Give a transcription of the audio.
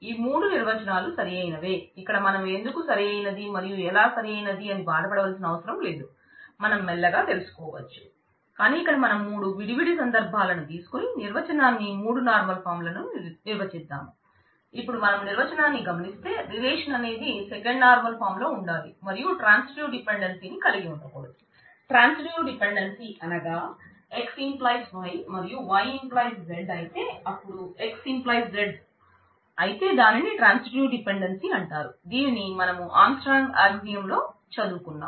ఈ మూడు నిర్వచనాలు సరియైనవే ఇక్కడ మనం ఎందుకు సరియైనది మరియు ఎలా సరియైనది అని బాధ పడవలసిన అవసరం లేదు మనం మెల్లగా తెలుసుకోవచ్చు కాని ఇక్కడ మనం మూడు విడివిడి సందర్భలను తీసుకొని నిర్వచనాన్ని మూడు నార్మల్ ఫాం లో మనం చదువుకున్నాం